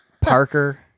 Parker